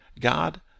God